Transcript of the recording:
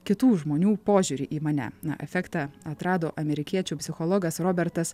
kitų žmonių požiūrį į mane na efektą atrado amerikiečių psichologas robertas